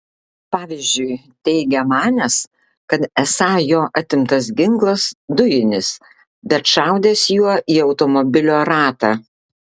pavyzdžiui teigia manęs kad esą jo atimtas ginklas dujinis bet šaudęs juo į automobilio ratą